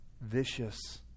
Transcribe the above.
vicious